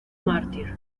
mártir